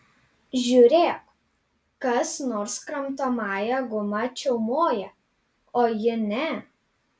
žiūrėk kas nors kramtomąją gumą čiaumoja o ji ne